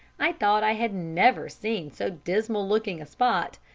i thought i had never seen so dismal-looking a spot,